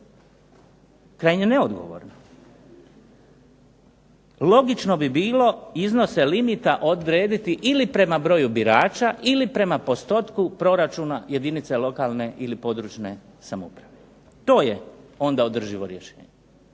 krajnje neodgovorno. Logično bi bilo iznose limita odrediti ili prema broju birača ili prema postotku proračunu jedinica lokalne i područne (regionalne) samouprave. To je onda održivo rješenje.